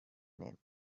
name